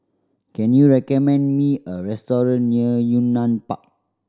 can you recommend me a restaurant near Yunnan Park